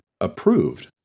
approved